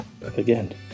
again